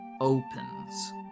opens